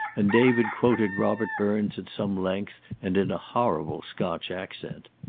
and david quoted robert burns at some length and in a horrible scotch accent.